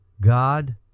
God